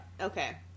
Okay